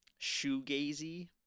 shoegazy